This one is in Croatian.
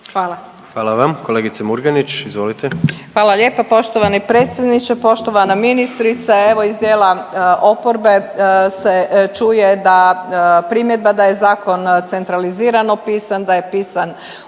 (HDZ)** Hvala vam. Kolegice Murganić, izvolite. **Murganić, Nada (HDZ)** Hvala lijepo poštovani predsjedniče, poštovana ministrice, evo iz dijela oporbe se čuje da primjedba da je Zakon centralizirano pisan, da je pisan